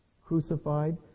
crucified